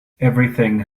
everything